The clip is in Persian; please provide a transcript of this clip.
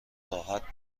راحت